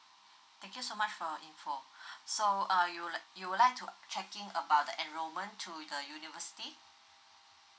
thank you so much for your info so uh you'd you would like to checking about the enrollment to the university